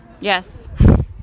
Yes